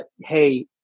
hey